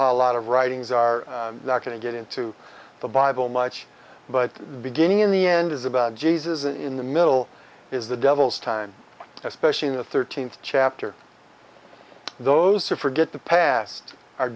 how a lot of writings are going to get into the bible much but the beginning in the end is about jesus and in the middle is the devil's time especially in the thirteenth chapter those who forget the past are